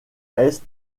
est